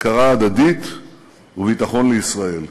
הכרה הדדית וביטחון לישראל.